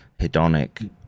hedonic